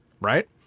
Right